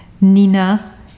Nina